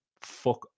fuck